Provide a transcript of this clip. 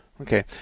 Okay